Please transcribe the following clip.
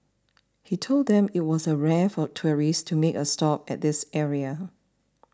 he told them that it was rare for tourists to make a stop at this area